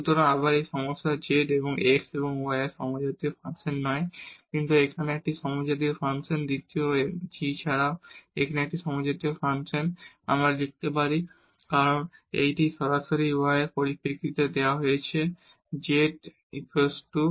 সুতরাং আবার একই সমস্যা z হল x এবং y এর একটি সমজাতীয় ফাংশন নয় কিন্তু এখানে এটি একটি সমজাতীয় ফাংশন এবং দ্বিতীয় g এছাড়াও একটি সমজাতীয় ফাংশন কারণ আমরা লিখতে পারি কারণ এটি সরাসরি y এর পরিপ্রেক্ষিতে দেওয়া হয়েছে x